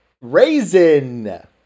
Raisin